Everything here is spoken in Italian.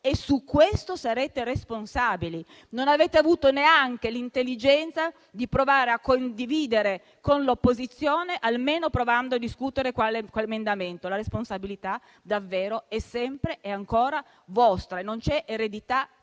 e su questo sarete responsabili. Non avete avuto neanche l'intelligenza di cercare di condividere con l'opposizione, almeno provando a discutere qualche emendamento. La responsabilità, davvero, è sempre e ancora vostra e non c'è eredità che tenga.